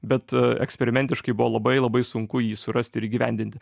bet a eksperimentiškai buvo labai labai sunku jį surasti ir įgyvendinti